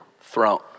throne